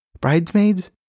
Bridesmaids